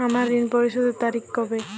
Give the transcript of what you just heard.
আমার ঋণ পরিশোধের তারিখ কবে?